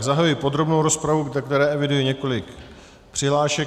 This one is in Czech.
Zahajuji podrobnou rozpravu, ve které eviduji několik přihlášek.